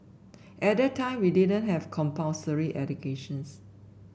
at that time we didn't have compulsory educations